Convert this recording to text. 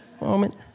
moment